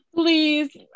Please